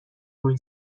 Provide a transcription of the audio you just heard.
روی